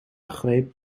greep